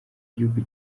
igihugu